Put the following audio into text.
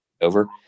over